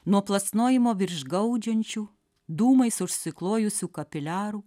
nuo plasnojimo virš gaudžiančių dūmais užsiklojusių kapiliarų